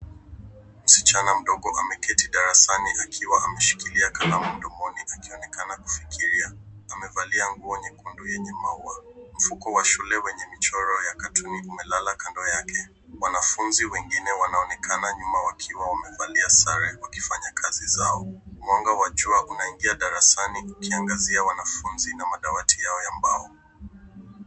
Msichana mdogo ameketi darasani akiwa ameshikilia kalamu mdomoni akionekana kufikiria. Amevalia nguo nyekundu yenye maua. Mfuko wa shule wenye michoro ya katuni umelala kando yake. Wanafunzi wengine wanaonekana nyuma wakiwa wamevalia sare, wakifanya kazi zao. Mwanga wa jua unaingia darasani ukiangazia wanafunzi na madawati yao ya mbao.